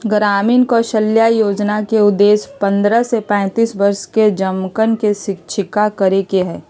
ग्रामीण कौशल्या योजना के उद्देश्य पन्द्रह से पैंतीस वर्ष के जमनकन के शिक्षित करे के हई